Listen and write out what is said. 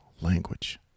language